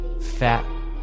fat